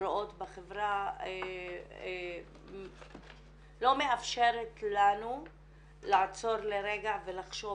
רואות בחברה לא מאפשרים לנו לעצור לרגע ולחשוב